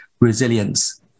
resilience